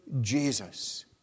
Jesus